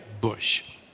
bush